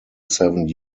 seven